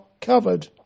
covered